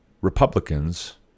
Republicans